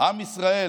עם ישראל